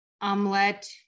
omelet